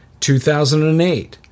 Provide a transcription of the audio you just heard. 2008